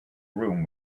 room